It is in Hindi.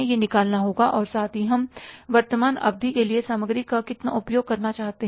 यह निकालना होगा और साथ ही हम वर्तमान अवधि के लिए सामग्री का कितना उपयोग करना चाहते हैं